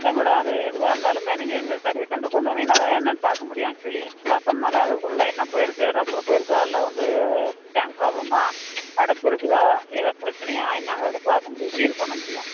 அதான் மேடம் அது எதுவாயிருந்தாலுமே நீங்கள் சர்வீஸ் சென்டர் கொண்டு வந்தீங்கனா தான் என்னென்ன பார்க்க முடியும் ஆக்சுவலி பாத்தோம்னா தான் அதுக்குள்ளே என்ன போய்ருக்கு ரப்பர் போய்ருக்கா இல்லை வந்து டேங்க் ப்ராப்ளமா அடப்பு இருக்குதோ எதோ பிரச்சனையா என்னாங்கிறத பார்க்க முடியும் சீர் பண்ண முடியும்